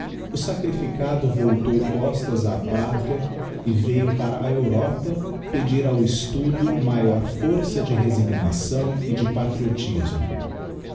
o sacrificado voltou costas á patiia e veio para a europa pedir ao estudo maior força de resignação e de patriotismo